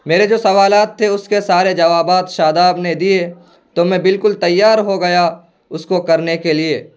میرے جو سوالات تھے اس کے سارے جوابات شاداب نے دیے تو میں بالکل تیار ہو گیا اس کو کرنے کے لیے